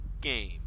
game